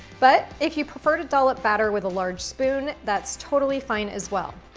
but if you prefer to dollop batter with a large spoon, that's totally fine, as well.